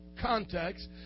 context